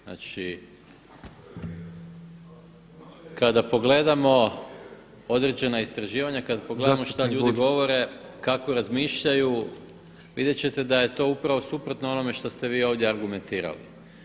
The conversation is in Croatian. Znači kada pogledamo određena istraživanja kada pogledamo šta ljudi govore, kako razmišljaju vidjet ćete da je to upravo suprotno onome što ste vi ovdje argumentirali.